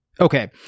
Okay